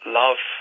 love